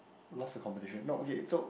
lost a competition no okay so